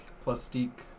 Plastique